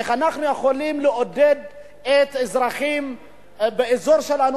איך אנחנו יכולים לעודד את האזרחים באזור שלנו,